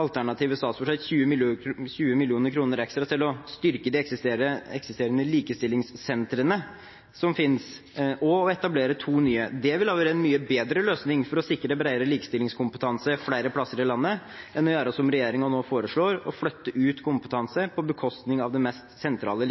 alternative statsbudsjett 20 mill. kr ekstra til å styrke de eksisterende likestillingssentrene som finnes, og å etablere to nye. Det ville vært en mye bedre løsning for å sikre bredere likestillingskompetanse flere plasser i landet enn å gjøre som regjeringen nå foreslår, å flytte ut kompetanse på bekostning av det mest sentrale